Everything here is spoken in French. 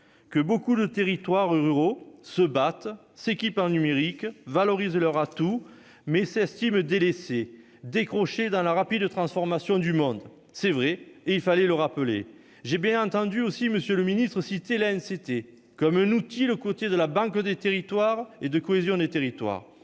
que « beaucoup de territoires ruraux se battent, s'équipent en numérique, valorisent leurs atouts, mais s'estiment délaissés, décrochés, dans la rapide transformation du monde ». C'est vrai, et il fallait le rappeler. J'ai également bien entendu M. le Premier ministre citer l'ANCT comme un outil de cohésion des territoires, aux côtés de la banque des territoires.